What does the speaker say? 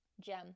gem